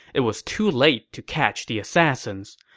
it was too late to catch the assassins.